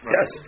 Yes